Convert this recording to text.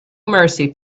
mercy